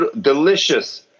delicious